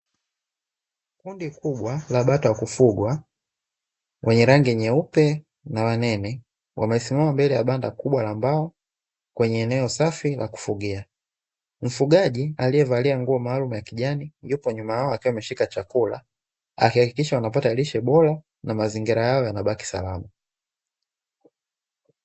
Kundi kubwa la bata wa kufugwa wenye rangi nyeupe na wanene, wamesimama mbele ya banda kubwa la mbao kwenye eneo safi la kufugia. Mfugaji alievalia nguo maalumu ya kijani yupo nyuma yao akiwa ameshika chakula akihakikisha wanapata lishe bora na mazingira yao yanabaki salama.